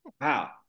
Wow